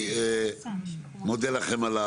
אני מודה לכם.